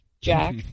jack